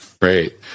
Great